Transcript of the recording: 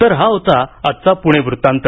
तर हा होता आजचा पूणे वृतांत